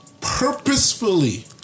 purposefully